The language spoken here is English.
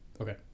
okay